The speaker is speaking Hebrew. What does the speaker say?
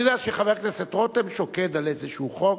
אני יודע שחבר הכנסת רותם שוקד על איזה חוק.